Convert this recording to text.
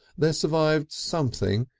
there survived something,